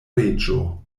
reĝo